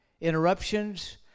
Interruptions